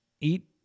eat